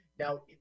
Now